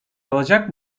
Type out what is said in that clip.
alacak